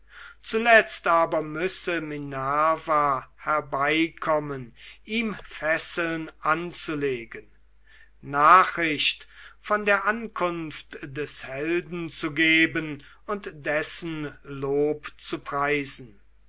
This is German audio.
zuletzt aber müsse minerva herbeikommen ihm fesseln anzulegen nachricht von der ankunft des helden zu geben und dessen lob zu preisen